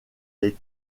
les